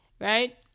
right